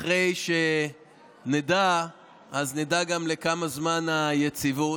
אחרי שנדע, נדע גם לכמה זמן היציבות.